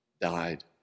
died